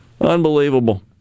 Unbelievable